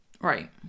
Right